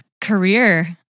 career